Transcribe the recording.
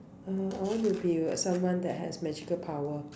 err I want to be uh someone that has magical power